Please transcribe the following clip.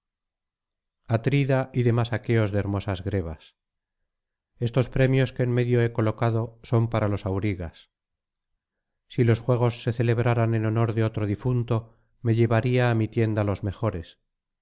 atrida y demás aqueos de hermosas grebas estos premios que en medio he colocado son páralos aurigas silos juegos se celebraran en honor de otro difunto me llevaría á mi tienda los mejores